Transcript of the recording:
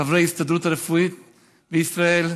חברי ההסתדרות הרפואית לישראל,